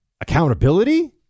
accountability